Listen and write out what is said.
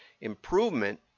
improvement